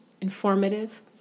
informative